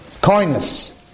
kindness